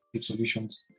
solutions